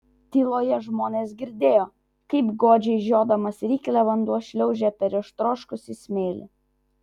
tyloje žmonės girdėjo kaip godžiai žiodamas ryklę vanduo šliaužia per ištroškusį smėlį